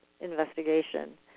investigation